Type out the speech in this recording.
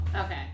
Okay